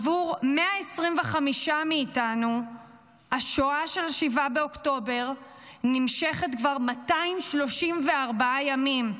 עבור 125 מאיתנו השואה של 7 באוקטובר נמשכת כבר 234 ימים.